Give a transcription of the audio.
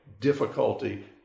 difficulty